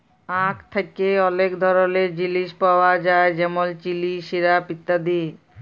আখ থ্যাকে অলেক ধরলের জিলিস পাওয়া যায় যেমল চিলি, সিরাপ ইত্যাদি